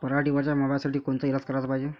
पराटीवरच्या माव्यासाठी कोनचे इलाज कराच पायजे?